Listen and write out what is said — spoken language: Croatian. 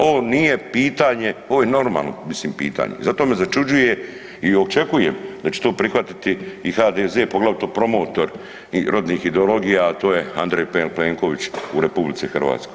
Ovo nije pitanje, ovo je normalno, mislim, pitanje, zato me začuđuje i očekujem da će to prihvatiti i HDZ, poglavito promotor rodnih ideologija, a to je Andrej Plenković u RH.